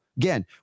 Again